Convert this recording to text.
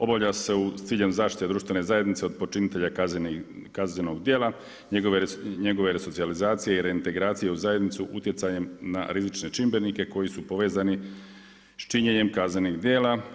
Obavlja se s ciljem zaštite društvene zajednice od počinitelja kaznenog djela, njegove resocijalizacije i reintegracije u zajednicu utjecajem na rizične čimbenike koji su povezani s činjenjem kaznenih djela.